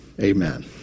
Amen